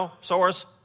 source